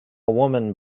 woman